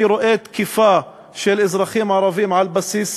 אני רואה תקיפה של אזרחים ערבים על בסיס